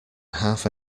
half